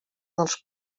dels